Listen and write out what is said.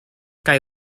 kaj